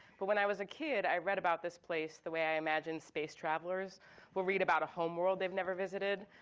but when i was a kid, i read about this place the way i imagine space travelers will read about a home world they've never visited.